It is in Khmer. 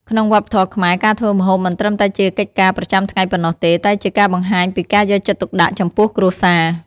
ក្នុងវប្បធម៌ខ្មែរ ការធ្វើម្ហូបមិនត្រឹមតែជាកិច្ចការប្រចាំថ្ងៃប៉ុណ្ណោះទេ តែជាការបង្ហាញពីការយកចិត្តទុកដាក់ចំពោះគ្រួសារ។